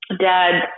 Dad